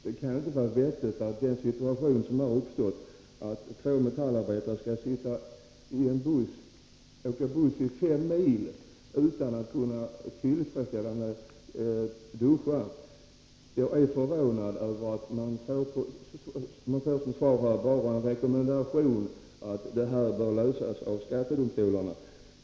Det kan ju inte vara vettigt med den situation som nu har uppstått, att två metallarbetare får åka buss i fem mil utan att ha kunnat duscha efter arbetet. Jag är förvånad över att det svar jag får enbart är en rekommendation om att detta är en fråga som bör lösas av skattedomstolarna.